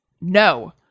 no